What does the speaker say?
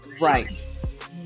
right